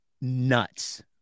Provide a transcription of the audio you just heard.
nuts